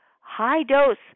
high-dose